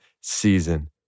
season